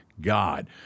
God